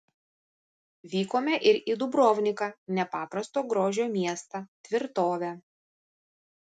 vykome ir į dubrovniką nepaprasto grožio miestą tvirtovę